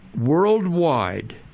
worldwide